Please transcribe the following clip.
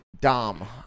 Dom